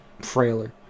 frailer